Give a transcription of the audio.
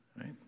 right